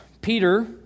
Peter